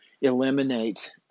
eliminate